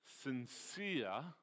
sincere